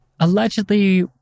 Allegedly